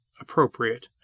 appropriate